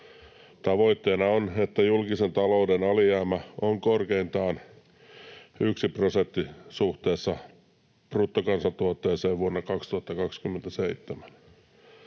Tavoitteena on, että julkisen talouden alijäämä on korkeintaan yksi prosentti suhteessa bruttokansantuotteeseen vuonna 2027.